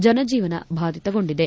ಜನಜೀವನ ಬಾಧಿತಗೊಂಡಿದೆ